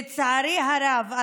לצערי הרב,